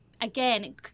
Again